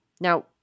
Now